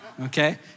Okay